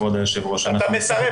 כבוד היושב-ראש --- אתה מסרב.